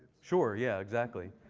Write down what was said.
sure, yeah, exactly.